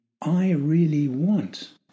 I-really-want